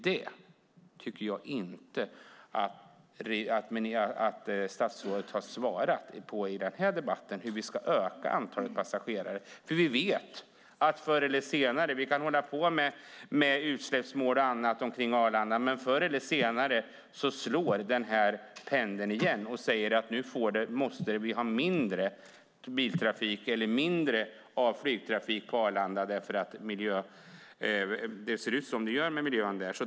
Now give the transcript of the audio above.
Jag tycker inte att statsrådet i denna debatt har svarat på hur vi ska öka antalet passagerare som åker med spårbunden trafik. Vi kan ha utsläppsmål och så vidare för Arlanda, men vi vet att denna pendel förr eller senare slår tillbaka. Då måste vi ha mindre biltrafik eller mindre flygtrafik på Arlanda därför att miljön ser ut som den gör där.